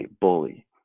bully